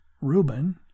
Reuben